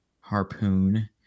harpoon